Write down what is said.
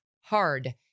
hard